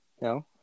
No